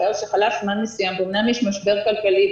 ואומנם יש משבר כלכלי,